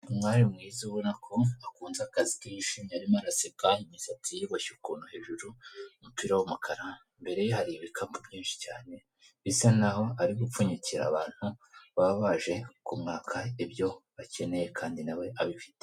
Umwari mwiza ubona ko akunze akazi ke yishimye arimo araseka. Imisatsi ye iboshye ukuntu hejuru, umupira w'umukara. Imbere ye hari ibikapu byinshi cyane, bisa nk'aho ari gupfunyikira abantu baba baje kumwaka ibyo bakeneye, kandi na we abifite.